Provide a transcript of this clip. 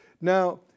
Now